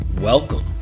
welcome